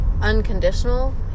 unconditional